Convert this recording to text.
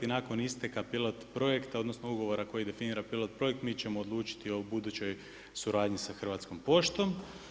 I nakon isteka pilot projekta, odnosno, ugovora, koji definira pilot projekt, mi ćemo odlučiti o budućoj suradnji sa Hrvatskom poštom.